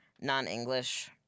non-English